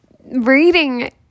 reading